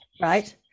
right